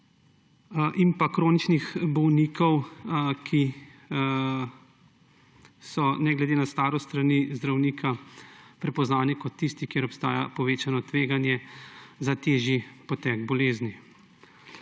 in kroničnih bolnikov, ki so ne glede na starost s strani zdravnika prepoznavni kot tisti, kjer obstaja povečano tveganje za težji potek bolezni.